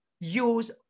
use